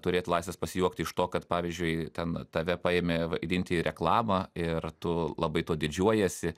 turėt laisvės pasijuokt iš to kad pavyzdžiui ten tave paėmė vaidinti į reklamą ir tu labai tuo didžiuojiesi